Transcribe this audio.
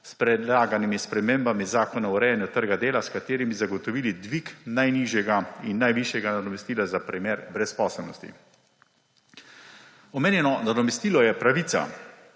s predlaganimi spremembami Zakona o urejanju trga dela, s katerim bi zagotovili dvig najnižjega in najvišjega nadomestila za primer brezposelnosti. Omenjeno nadomestilo je pravica,